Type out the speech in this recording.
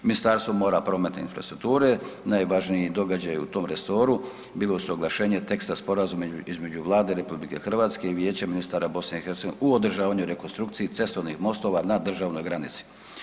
Ministarstvo mora, prometa i infrastrukture, najvažniji događaj u tom resoru bilo su oglašenje teksta Sporazuma između Vlade RH i Vijeća ministara BiH u održavanju i rekonstrukciji cestovnih mostova na državnoj granici.